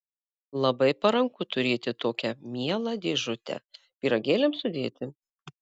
labai paranku turėti tokią mielą dėžutę pyragėliams sudėti